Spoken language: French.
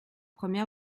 premier